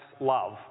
love